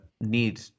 need